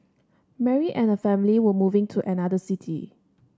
Mary and her family were moving to another city